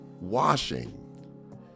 washing